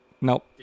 Nope